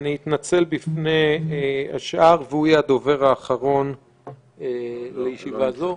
אתנצל בפני השאר והוא יהיה הדובר האחרון לישיבה זו.